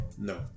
No